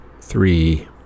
three